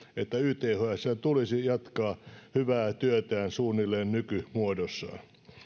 että ythsn tulisi jatkaa hyvää työtään suunnilleen nykymuodossaan